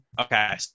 Okay